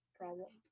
problem